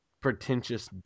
pretentious